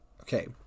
Okay